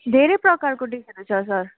धेरै प्रकारको डिसहरू छ सर